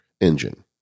engine